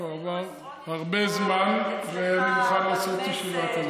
כבר עבר הרבה זמן, ואני מוכן לעשות ישיבה כזאת.